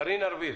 קארין ארביב